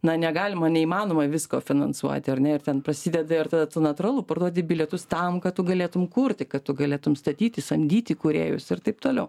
na negalima neįmanoma visko finansuoti ar ne ir ten prasideda ir tad natūralu parduodi bilietus tam kad tu galėtum kurti kad tu galėtum statyti samdyti kūrėjus ir taip toliau